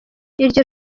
iryo